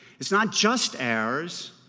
it's not just ours,